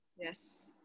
Yes